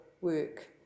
work